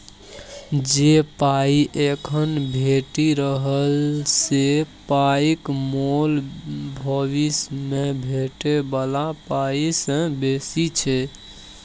जे पाइ एखन भेटि रहल से पाइक मोल भबिस मे भेटै बला पाइ सँ बेसी छै